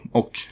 och